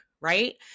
right